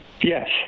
Yes